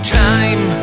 time